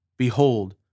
Behold